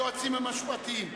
ליועצים המשפטיים,